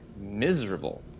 miserable